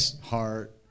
heart